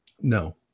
No